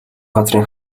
газрын